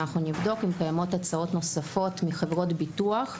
שנבדוק אם קיימות הצעות נוספות מחברות ביטוח,